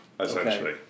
essentially